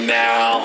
now